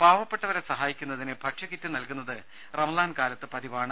പാവപ്പെട്ടവരെ സഹായിക്കുന്നതിന് ഭക്ഷ്യകിറ്റ് നൽകുന്നത് റംസാൻ കാലത്ത് പതിവാണ്